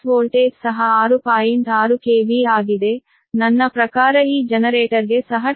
6 KV ಆಗಿದೆ ನನ್ನ ಪ್ರಕಾರ ಈ ಜನರೇಟರ್ಗೆ ಸಹ ಟರ್ಮಿನಲ್ ವೋಲ್ಟೇಜ್ 6